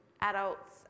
adults